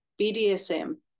BDSM